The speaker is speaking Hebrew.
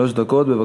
שלוש דקות.